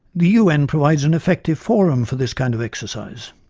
the un provides an effective forum for this kind of exercise.